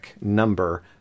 number